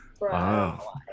Wow